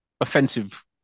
offensive